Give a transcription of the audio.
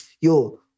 yo